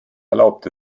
erlaubt